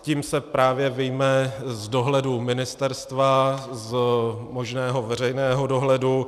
Tím se právě vyjme z dohledu ministerstva, z možného veřejného dohledu.